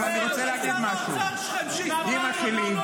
אין בעיה, אז